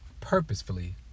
purposefully